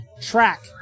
track